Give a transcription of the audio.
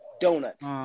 donuts